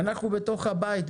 אנחנו בתוך הבית,